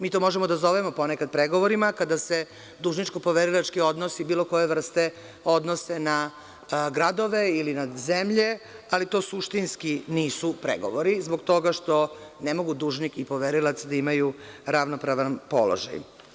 Mi to možemo da zovemo ponekad pregovorima, kada se dužno-poverilački odnosi bilo koje vrste odnose na gradove ili na zemlje, ali to suštinski nisu pregovori, zbog toga što ne mogu dužnik i poverilac da imaju ravnopravan položaj.